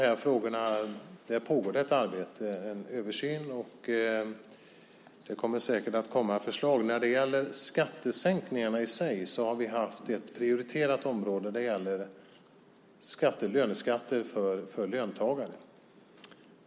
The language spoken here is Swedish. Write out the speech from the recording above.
Fru talman! Det pågår ett arbete och en översyn kring just dessa frågor. Det kommer säkert att komma förslag. När det gäller skattesänkningarna i sig har vi haft ett prioriterat område. Det gäller löneskatter för löntagare.